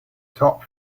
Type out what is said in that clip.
top